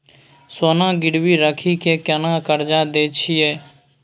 सोना गिरवी रखि के केना कर्जा दै छियै?